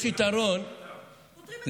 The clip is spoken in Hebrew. אנחנו פותרים את זה בשנייה, פותרים את זה ברגע.